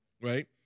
right